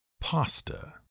Pasta